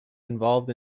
involved